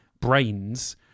brains